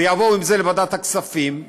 ויבואו עם זה לוועדת הכספים,